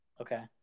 okay